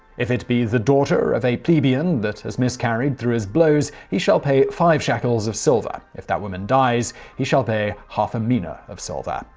if it be the daughter of a plebeian that has miscarried through his blows, he shall pay five shekels of silver. if that woman dies, he shall pay half a mina of silver.